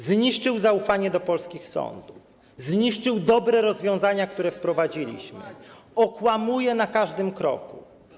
Zniszczył zaufanie do polskich sądów, zniszczył dobre rozwiązania, które wprowadziliśmy, okłamuje na każdym kroku.